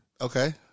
Okay